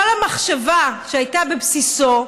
כל המחשבה שהייתה בבסיסו,